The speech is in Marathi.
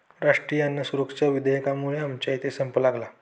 राष्ट्रीय अन्न सुरक्षा विधेयकामुळे आमच्या इथे संप लागला